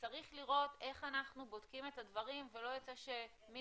צריך לראות איך אנחנו בודקים את הדברים ולא יוצא שמישהו